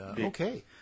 Okay